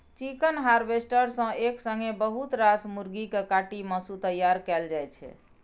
chicken harvester सँ एक संगे बहुत रास मुरगी केँ काटि मासु तैयार कएल जाइ छै